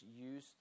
use